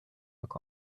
look